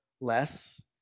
less